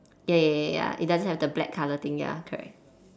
ya ya ya ya it doesn't have the black colour thing ya correct